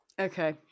Okay